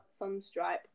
Sunstripe